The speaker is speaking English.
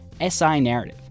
SINarrative